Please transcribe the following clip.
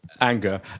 anger